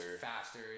faster